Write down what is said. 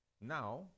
Now